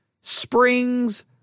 springs